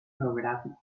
geográfico